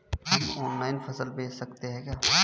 हम ऑनलाइन फसल बेच सकते हैं क्या?